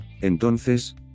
Entonces